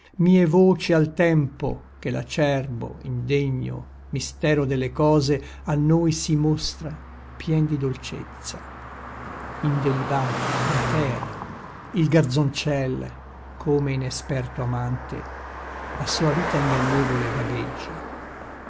mie voci al tempo che l'acerbo indegno mistero delle cose a noi si mostra pien di dolcezza indelibata intera il garzoncel come inesperto amante la sua vita ingannevole vagheggia